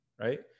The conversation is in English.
right